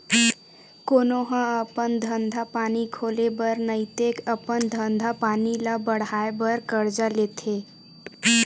कोनो ह अपन धंधा पानी खोले बर नइते अपन धंधा पानी ल बड़हाय बर करजा लेथे